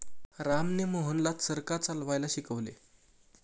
रामने मोहनला चरखा चालवायला शिकवले